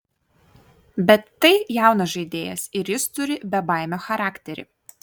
bet tai jaunas žaidėjas ir jis turi bebaimio charakterį